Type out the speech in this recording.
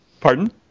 Pardon